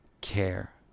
care